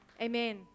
Amen